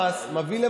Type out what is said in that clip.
טוב.